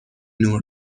نور